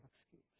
excuse